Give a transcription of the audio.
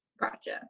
gotcha